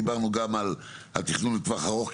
דיברנו גם על התכנון לטווח ארוך,